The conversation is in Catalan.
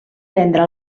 vendre